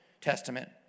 Testament